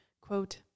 quote